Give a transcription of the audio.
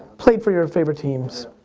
played for your favorite teams.